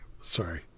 Sorry